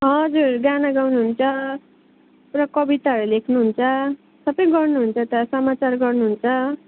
हजुर गाना गाउनु हुन्छ पुरा कविताहरू लेख्नुहुन्छ सबै गर्नुहुन्छ त समाचार गर्नुहुन्छ